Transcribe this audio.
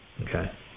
okay